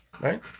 right